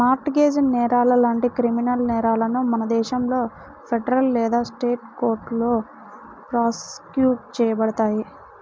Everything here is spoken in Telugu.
మార్ట్ గేజ్ నేరాలు లాంటి క్రిమినల్ నేరాలను మన దేశంలో ఫెడరల్ లేదా స్టేట్ కోర్టులో ప్రాసిక్యూట్ చేయబడతాయి